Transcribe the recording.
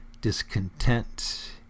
discontent